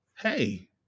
Hey